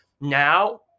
now